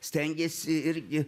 stengėsi irgi